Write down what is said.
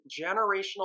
generational